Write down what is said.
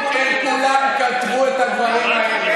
הם כולם כתבו את הדברים האלה,